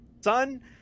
son